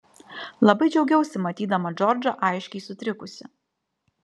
labai džiaugiausi matydama džordžą aiškiai sutrikusį